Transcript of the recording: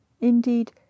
Indeed